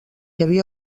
havia